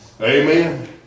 Amen